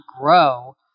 grow